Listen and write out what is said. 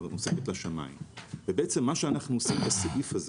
נוסקת לשמים ובעצם מה שאנחנו עושים בסעיף הזה